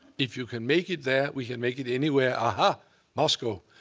if you can make it there, we can make it anywhere. a-ha moscow.